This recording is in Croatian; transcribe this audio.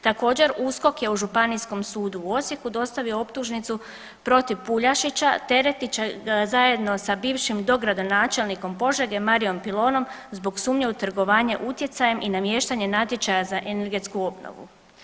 Također USKOK je u Županijskom sudu u Osijeku dostavio optužnicu protiv Puljašića teret će zajedno sa bivšim dogradonačelnikom Požege Mariom Pilonom zbog sumnje u trgovanje utjecajem i namještanje natječaja za energetsku obnovu.